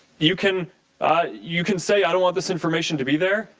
you can ah you can say i don't want this information to be there.